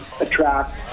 attract